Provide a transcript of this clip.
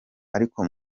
ariko